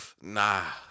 Nah